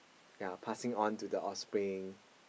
ya passing on to the off spring